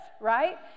right